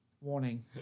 warning